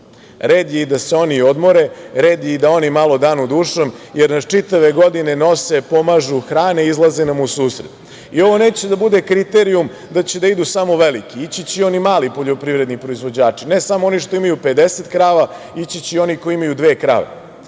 Red je da se i oni odmore. Red je i da oni malo danu dušom, jer nas čitave godine nose, pomažu, hrane i izlaze nam u susret. I ovo neće da bude kriterijum da će da idu samo veliki, ići će i oni mali poljoprivredni proizvođači, ne samo oni što imaju 50 krava, ići će i oni koji imaju dve krave. Ako